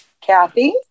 Kathy